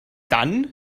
dann